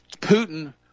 Putin